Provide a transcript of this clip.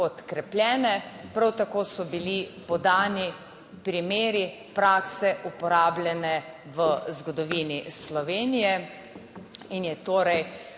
podkrepljene. Prav tako so bili podani primeri prakse uporabljene v zgodovini Slovenije in je torej